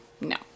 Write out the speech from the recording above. no